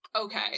Okay